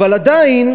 אבל עדיין,